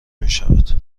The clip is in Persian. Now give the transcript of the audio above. میشود